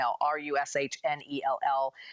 R-U-S-H-N-E-L-L